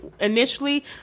initially